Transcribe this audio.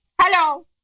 Hello